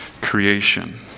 creation